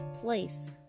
place